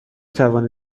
توانید